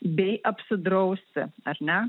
bei apsidrausti ar ne